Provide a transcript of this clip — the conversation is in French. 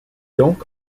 donc